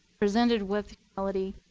presented with humility,